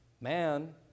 Man